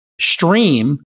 stream